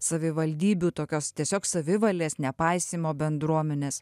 savivaldybių tokios tiesiog savivalės nepaisymo bendruomenės